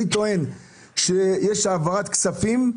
אני טוען שיש העברת כספים.